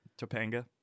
Topanga